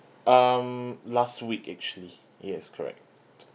um last week actually yes correct